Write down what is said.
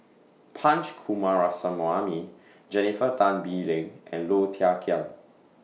Punch Coomaraswamy Jennifer Tan Bee Leng and Low Thia Khiang